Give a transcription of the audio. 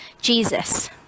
Jesus